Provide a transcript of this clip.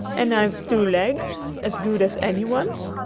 and i've two legs as good as any one's,